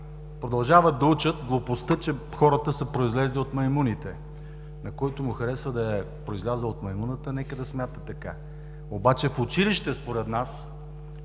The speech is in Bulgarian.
Продължават да учат глупостта, че хората са произлезли от маймуните, на който му харасва да е произлязъл от маймуната, нека да смята така. В училище според нас,